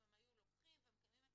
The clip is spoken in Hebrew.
אם הם היו לוקחים ומקיימים את